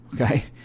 okay